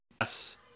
yes